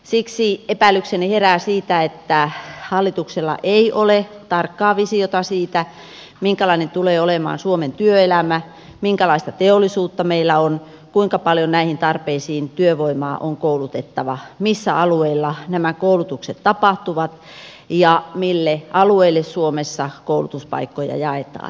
siksi epäilykseni herää siitä että hallituksella ei ole tarkkaa visiota siitä minkälainen tulee olemaan suomen työelämä minkälaista teollisuutta meillä on kuinka paljon näihin tarpeisiin työvoimaa on koulutettava millä alueilla nämä koulutukset tapahtuvat ja mille alueille suomessa koulutuspaikkoja jaetaan